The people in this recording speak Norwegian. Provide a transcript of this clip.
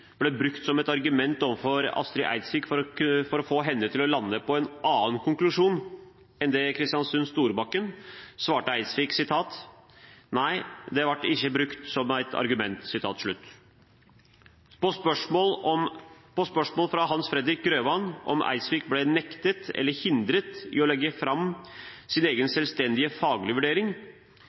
ble brukt som et argument overfor Astrid Eidsvik for å få henne til å lande på en annen konklusjon enn Kristiansund/Storbakken, svarte Eidsvik: «Nei, det vart ikkje brukt som eit argument.» På spørsmål fra Hans Fredrik Grøvan om Eidsvik ble nektet, eller hindret i, å legge fram sin egen selvstendige faglige vurdering,